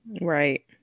right